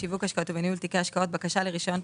בשיווק השקעות ובניהול תיקי השקעות (בקשה לרישיון,